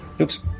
Oops